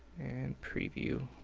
and preview.